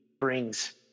brings